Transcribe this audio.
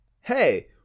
Hey